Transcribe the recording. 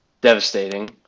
Devastating